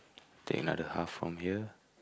take another half from here